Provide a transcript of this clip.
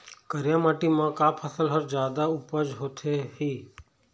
करिया माटी म का फसल हर जादा उपज होथे ही?